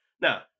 now